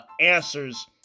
answers